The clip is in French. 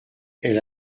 elle